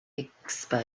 expo